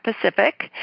Pacific